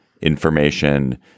information